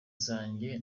zanjye